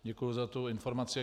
Děkuju za tu informaci.